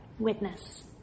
Witness